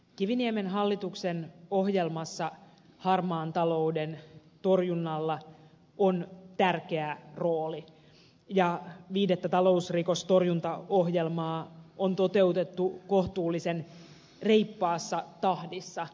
kiviniemen hallituksen ohjelmassa harmaan talouden torjunnalla on tärkeä rooli ja viidettä talousrikostorjuntaohjelmaa on toteutettu kohtuullisen reippaassa tahdissa